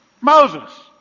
Moses